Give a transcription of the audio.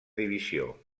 divisió